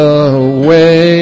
away